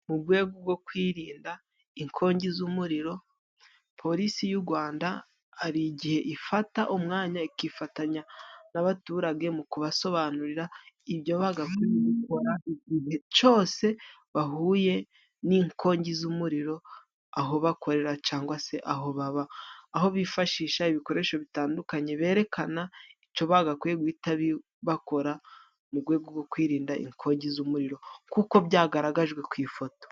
Mu rwego rwo kwirinda inkongi z'umuriro, polisi y'u Rwanda hari igihe ifata umwanya ikifatanya n'abaturage mu kubasobanurira ibyo bakwiye gukora igihe cyose bahuye n'inkongi z'umuriro aho bakorera cg se aho baba, aho bifashisha ibikoresho bitandukanye berekana icyo bagakwiye guhita bakora mu rwego rwo kwirinda inkongi z'umuriro nk'uko byagaragajwe ku ifoto.